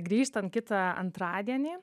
grįžtant kitą antradienį